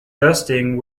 bursting